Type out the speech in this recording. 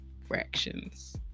fractions